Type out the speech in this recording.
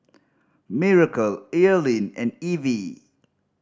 Miracle Earlean and Evie